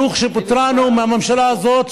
ברוך שפטרנו מהממשלה הזאת,